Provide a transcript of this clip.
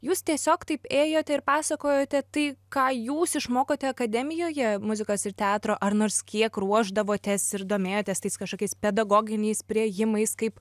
jūs tiesiog taip ėjote ir pasakojote tai ką jūs išmokote akademijoje muzikos ir teatro ar nors kiek ruošdavotės ir domėjotės tais kažkokiais pedagoginiais priėjimais kaip